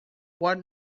what